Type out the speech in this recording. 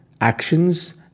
actions